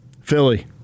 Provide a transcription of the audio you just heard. Philly